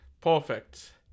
Perfect